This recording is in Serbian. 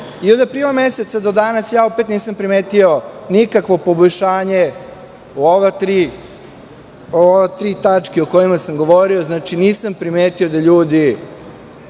Od aprila meseca do danas ja opet nisam primetio nikakvo poboljšanje u ove tri tačke o kojima sam govorio, nisam primetio da ljudi